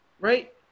right